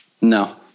No